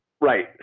Right